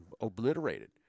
obliterated